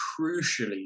crucially